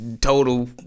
total